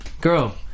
Girl